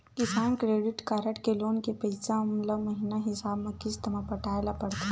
किसान credit card के loan के पइसा ल महिना हिसाब म किस्त म पटाए ल परथे